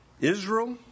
Israel